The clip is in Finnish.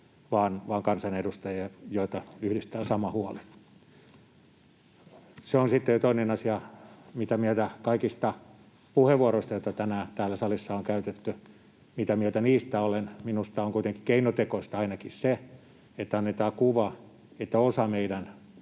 vaan kansanedustajia, joita yhdistää sama huoli. Se on sitten jo toinen asia, mitä mieltä olen niistä kaikista puheenvuoroista, joita tänään täällä salissa on käytetty. Minusta on kuitenkin keinotekoista ainakin se, että annetaan kuva, että osa meidän